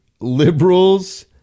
liberals